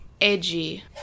edgy